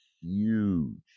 huge